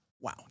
wow